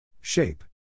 Shape